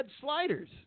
sliders